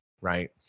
right